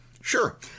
Sure